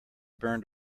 burned